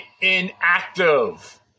inactive